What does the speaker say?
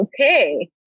okay